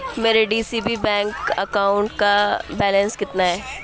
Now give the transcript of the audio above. میرے D C B bank account کا balance کتنا ہے